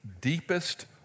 deepest